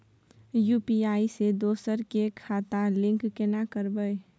UPI से दोसर के खाता लिंक केना करबे?